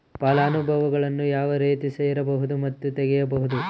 ಫಲಾನುಭವಿಗಳನ್ನು ಯಾವ ರೇತಿ ಸೇರಿಸಬಹುದು ಮತ್ತು ತೆಗೆಯಬಹುದು?